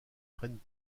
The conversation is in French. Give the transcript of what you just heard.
prennent